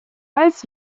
als